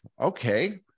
okay